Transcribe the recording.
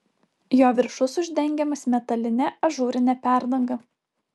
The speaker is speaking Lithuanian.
jo viršus uždengiamas metaline ažūrine perdanga